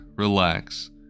Relax